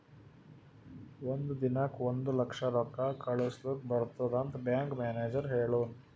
ಒಂದ್ ದಿನಕ್ ಒಂದ್ ಲಕ್ಷ ರೊಕ್ಕಾ ಕಳುಸ್ಲಕ್ ಬರ್ತುದ್ ಅಂತ್ ಬ್ಯಾಂಕ್ ಮ್ಯಾನೇಜರ್ ಹೆಳುನ್